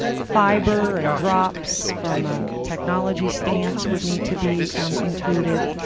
fiber and drops from a technology stance would need to be included.